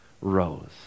rose